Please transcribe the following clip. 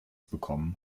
bekommen